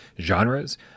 genres